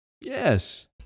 Yes